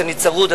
שאני צרוד,